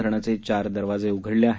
धरणाचे चार दरवाजे उघडले आहेत